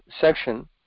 section